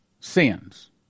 Sins